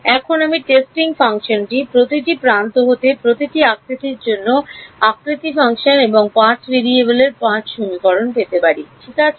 এবং আমি টেস্টিং ফাংশনটি প্রতিটি প্রান্ত হতে প্রতিটি আকৃতির জন্য আকৃতি ফাংশন এবং 5 ভেরিয়েবলের 5 সমীকরণ পেতে পারি ঠিক আছে